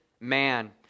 man